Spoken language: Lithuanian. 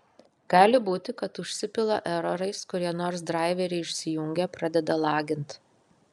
gali būti kad užsipila erorais kurie nors draiveriai išsijungia pradeda lagint